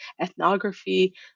ethnography